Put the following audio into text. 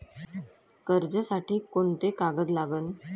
कर्जसाठी कोंते कागद लागन?